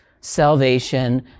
salvation